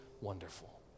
wonderful